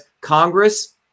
Congress